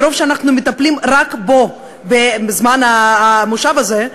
מרוב שאנחנו מטפלים רק בו בזמן המושב הזה,